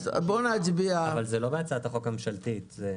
אבל זה לא בהצעת החוק הממשלתית.